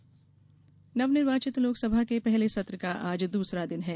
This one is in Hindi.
लोकसभा सत्र नवनिर्वाचित लोकसभा के पहले सत्र का आज दूसरा दिन है